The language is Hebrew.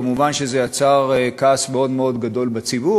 כמובן שזה יצר כעס גדול מאוד מאוד בציבור,